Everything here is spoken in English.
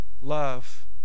love